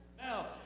Now